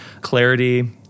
clarity